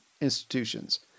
institutions